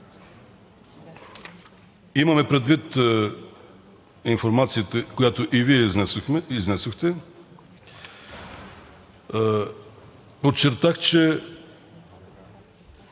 Имаме предвид информацията, която и Вие изнесохте. Подчертах, че